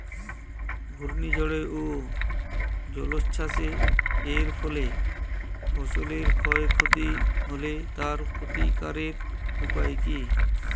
ঘূর্ণিঝড় ও জলোচ্ছ্বাস এর ফলে ফসলের ক্ষয় ক্ষতি হলে তার প্রতিকারের উপায় কী?